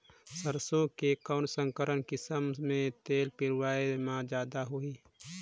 सरसो के कौन संकर किसम मे तेल पेरावाय म जादा होही?